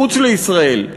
מחוץ לישראל.